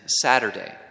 Saturday